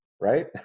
right